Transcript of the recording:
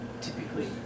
typically